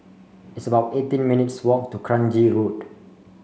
it's about eighteen minutes' walk to Kranji Road